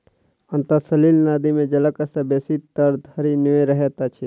अंतः सलीला नदी मे जलक स्तर बेसी तर धरि नै रहैत अछि